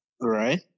Right